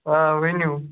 آ ؤنِو